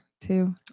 two